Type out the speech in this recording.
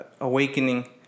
awakening